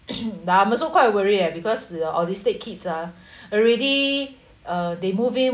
but I'm also quite worried ah because the autistic kids ah already uh they move in